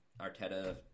Arteta